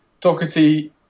Doherty